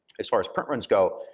as far as print runs go,